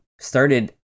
started